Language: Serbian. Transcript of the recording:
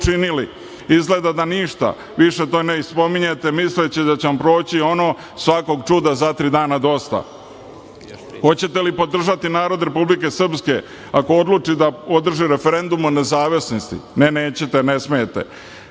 učinili? Izgleda ništa, više to ni ne spominjete misleći da će vam proći ono „svakog čuda za tri dana dosta“.Hoćete li podržati narod Republike Srpske ako odluči da održi referendum o nezavisnosti? Ne, neće, jer ne smete,